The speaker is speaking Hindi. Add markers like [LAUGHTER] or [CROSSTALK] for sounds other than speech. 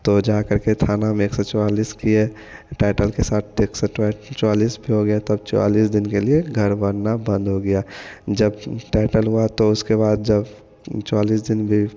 तो जाकर के थाना में एक सौ चौवालिस किए टाइटल के साथ टेक्स [UNINTELLIGIBLE] चौवालिस भी हो गया तब चौवालिस दिन के लिए घर बनना बंद हो गया जब टाइटल हुआ तो उसके बाद जब चौवालीस दिन गे